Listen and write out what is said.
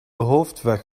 hoofdweg